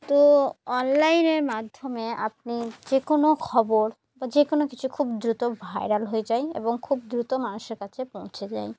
তো অনলাইনের মাধ্যমে আপনি যে কোনো খবর বা যে কোনো কিছু খুব দ্রুত ভাইরাল হয়ে যায় এবং খুব দ্রুত মানুষের কাছে পৌঁছে যায়